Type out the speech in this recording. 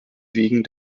wegen